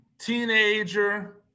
Teenager